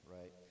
right